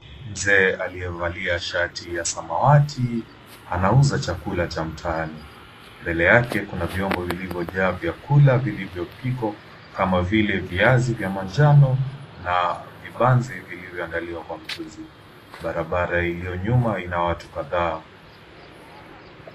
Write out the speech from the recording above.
Mzee aliyevalia shati ya samawati anauza chakula cha mtaani. Mbele yake kuna vyombo vilivyojaa chakula vilivyopikwa kama vile viazi vya manjano na vibanzi vilivyoandaliwa kwa mchuzi. Barabara iliyo nyuma ina watu kadhaa.